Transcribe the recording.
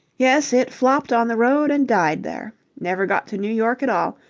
yes. it flopped on the road and died there. never got to new york at all.